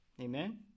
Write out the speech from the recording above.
Amen